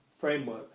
framework